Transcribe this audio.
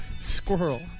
squirrel